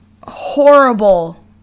horrible